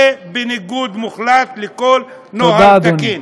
זה בניגוד מוחלט לכל נוהל תקין.